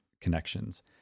connections